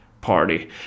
party